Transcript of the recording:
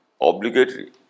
obligatory